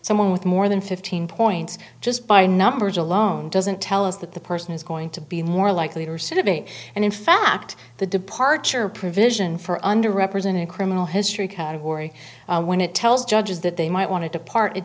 someone with more than fifteen points just by numbers alone doesn't tell us that the person is going to be more likely or sedate and in fact the departure provision for under represented criminal history category when it tells judges that they might want to depart it